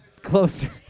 Closer